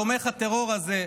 תומך הטרור הזה,